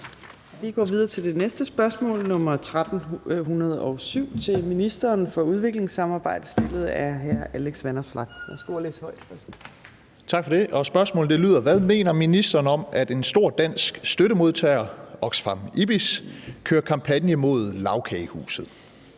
Vanopslagh. Kl. 15:01 Spm. nr. S 1307 16) Til ministeren for udviklingssamarbejde af: Alex Vanopslagh (LA): Hvad mener ministeren om, at en stor dansk støttemodtager, Oxfam Ibis, kører kampagne mod Lagkagehuset?